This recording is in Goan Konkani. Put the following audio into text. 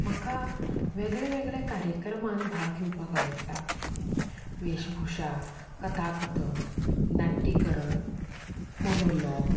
म्हाका वेगळ्यावेगळ्या कार्यक्रमान भाग घेवपाक आवडटा वेशभुशा कथाकथन नाट्यीकरण मनोलोग